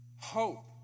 Hope